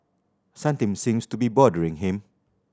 something seems to be bothering him